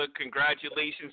congratulations